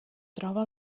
troba